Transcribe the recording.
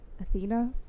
Athena